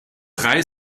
drei